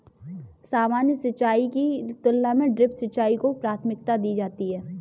सामान्य सिंचाई की तुलना में ड्रिप सिंचाई को प्राथमिकता दी जाती है